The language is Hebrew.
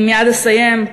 אני מייד אסיים.